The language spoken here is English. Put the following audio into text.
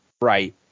right